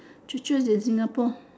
churches in Singapore